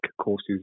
courses